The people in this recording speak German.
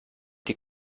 die